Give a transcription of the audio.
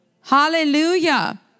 Hallelujah